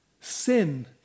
sin